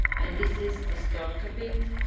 and this is the start of it.